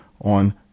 on